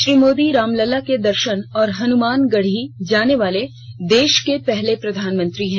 श्री मोदी रामलला के दर्शन और हनुमान गढ़ी जानेवाले देश पहले प्रधानमंत्री हैं